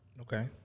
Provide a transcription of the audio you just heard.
Okay